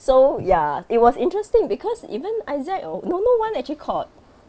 so ya it was interesting because even isaac or no no one actually called